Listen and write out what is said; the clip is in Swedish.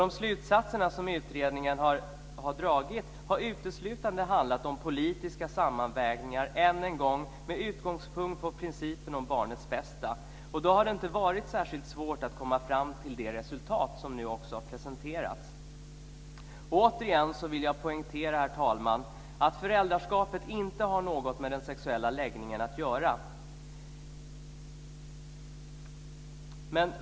De slutsatser som utredningen har dragit har uteslutande handlat om politiska sammanvägningar, än en gång med utgångspunkt i principen om barnets bästa. Då har det inte varit särskilt svårt att komma fram till det resultat som nu presenterats. Återigen vill jag poängtera, herr talman, att föräldraskapet inte har något med den sexuella läggningen att göra.